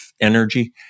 energy